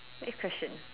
next question